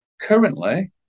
currently